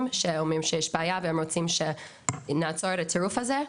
שאומרים שיש בעיה והם רוצים שנעצור את הטירוף הזה,